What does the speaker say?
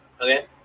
Okay